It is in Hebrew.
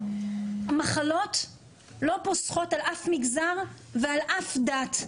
המחלות לא פוסחות על אף מגזר ועל אף דת.